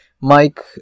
Mike